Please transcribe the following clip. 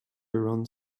around